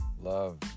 love